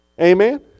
Amen